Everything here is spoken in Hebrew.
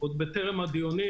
עוד בטרם הדיונים.